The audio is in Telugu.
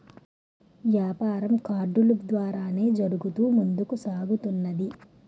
యాపారం కార్డులు ద్వారానే జరుగుతూ ముందుకు సాగుతున్నది